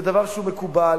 זה דבר שהוא מקובל.